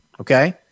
okay